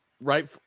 right